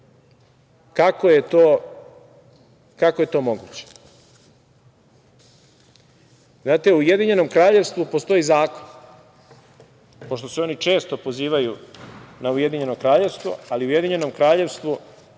Kako je to moguće? Znate, u Ujedinjenom Kraljevstvu postoji zakon, pošto se oni često pozivaju na Ujedinjeno Kraljevstvo, ali u Ujedinjenom Kraljevstvu